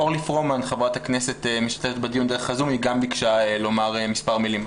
אורלי פרומן משתתפת בדיון דרך הזום והיא גם ביקשה לומר מספר מילים.